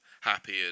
Happy